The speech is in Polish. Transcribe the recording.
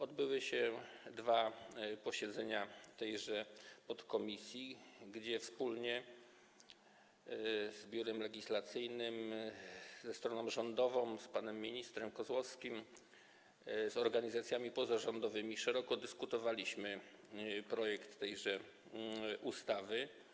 Odbyły się dwa posiedzenia tejże podkomisji, na których wspólnie z Biurem Legislacyjnym, ze stroną rządową, z panem ministrem Kozłowskim, z organizacjami pozarządowymi szeroko dyskutowaliśmy nad projektem tejże ustawy.